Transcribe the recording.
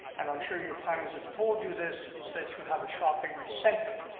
and i'm sure your planners have told you this, is that you have a shopping center.